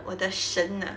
我的神啊